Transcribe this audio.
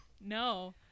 No